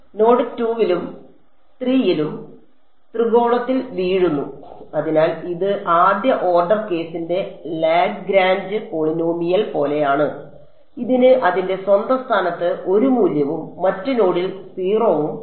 node 2 ലും 3 0 ലും ത്രികോണത്തിൽ വീഴുന്നു അതിനാൽ ഇത് ആദ്യ ഓർഡർ കേസിന്റെ ലാഗ്രാഞ്ച് പോളിനോമിയൽ പോലെയാണ് ഇതിന് അതിന്റെ സ്വന്തം സ്ഥാനത്ത് 1 മൂല്യവും മറ്റ് നോഡിൽ 0 ഉം ഉണ്ട്